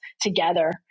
together